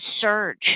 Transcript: surge